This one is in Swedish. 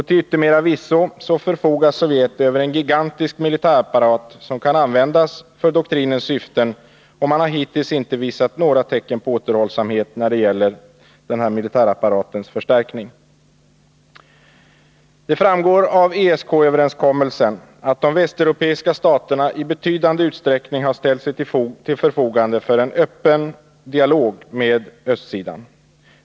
Till yttermera visso förfogar Sovjet över en gigantisk militärapparat som kan användas för doktrinens syften, och man har hittills inte visat några tecken på återhållsamhet när det gäller en förstärkning av den här militärapparaten. Det framgår av ESK-överenskommelsen att de västeuropeiska staterna i betydande utsträckning har ställt sig till förfogande för en öppen dialog med östsidan.